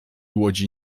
łodzi